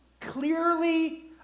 clearly